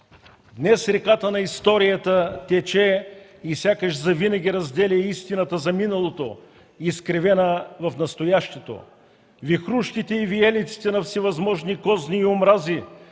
Днес реката на историята тече и сякаш завинаги разделя истината за миналото, изкривена в настоящето. Вихрушките и виелиците на всевъзможни козни и омрази